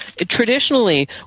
traditionally